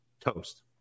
toast